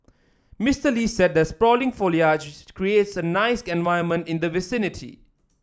Mister Lee said the sprawling foliage creates a nice environment in the vicinity